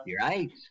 Right